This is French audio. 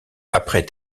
après